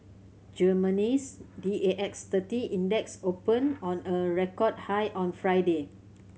Germany's D A X thirty Index opened on a record high on Friday